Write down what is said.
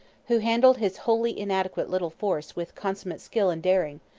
who handled his wholly inadequate little force with consummate skill and daring,